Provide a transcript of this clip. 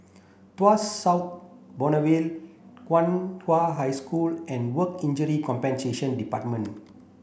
Tuas South Boulevard Nan Hua High School and Work Injury Compensation Department